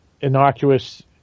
innocuous